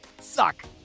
suck